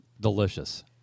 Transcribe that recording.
delicious